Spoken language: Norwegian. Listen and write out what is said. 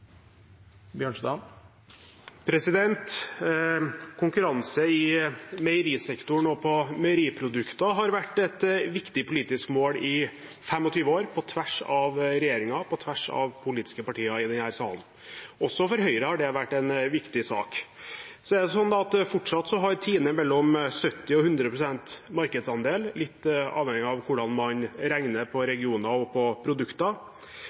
Konkurranse i meierisektoren og på meieriprodukter har vært et viktig politisk mål i 25 år på tvers av regjeringer, på tvers av politiske partier i denne salen. Også for Høyre har det vært en viktig sak. Så er det sånn at fortsatt har Tine mellom 70 og 100 pst. markedsandel, litt avhengig av hvordan man regner på regioner og på produkter.